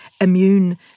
immune